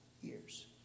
years